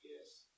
yes